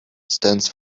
stands